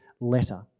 letter